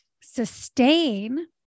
sustain